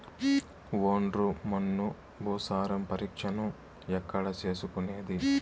ఒండ్రు మన్ను భూసారం పరీక్షను ఎక్కడ చేసుకునేది?